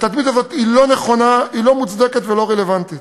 התדמית הזאת לא נכונה, לא מוצדקת ולא רלוונטית.